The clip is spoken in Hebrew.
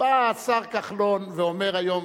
בא השר כחלון ואומר היום,